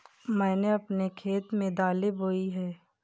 मैंने अपने खेत में दालें बोई हैं